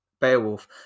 Beowulf